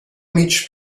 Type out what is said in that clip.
mig